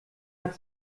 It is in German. hat